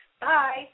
Bye